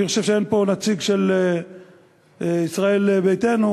אני חושב שאין פה נציג של ישראל ביתנו,